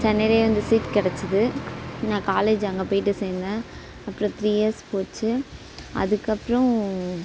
சென்னையிலே வந்து சீட் கிடச்சுது நான் காலேஜ் அங்கே போய்ட்டு சேர்ந்தேன் அப்புறம் த்ரீ இயர்ஸ் போச்சு அதுக்கப்புறம்